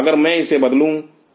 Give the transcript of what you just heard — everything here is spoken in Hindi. अगर मैं इसे बदलूं तो